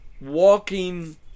walking